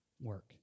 work